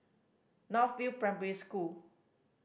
North View Primary School